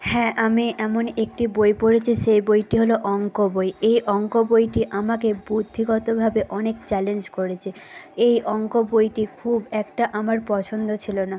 হ্যাঁ আমি এমন একটি বই পড়েছি সেই বইটি হল অঙ্ক বই এ অঙ্ক বইটি আমাকে বুদ্ধিগতভাবে অনেক চ্যালেঞ্জ করেছে এই অঙ্ক বইটি খুব একটা আমার পছন্দ ছিল না